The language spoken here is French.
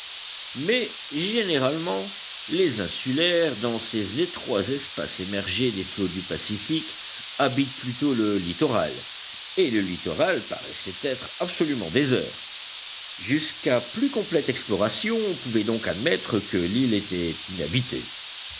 mais généralement les insulaires dans ces étroits espaces émergés des flots du pacifique habitent plutôt le littoral et le littoral paraissait être absolument désert jusqu'à plus complète exploration on pouvait donc admettre que l'île était inhabitée